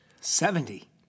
Seventy